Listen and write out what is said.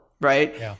right